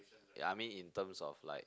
ya I mean in terms of like